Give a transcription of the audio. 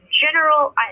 general